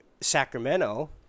Sacramento